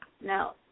No